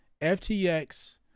FTX